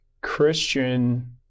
Christian